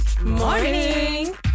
Morning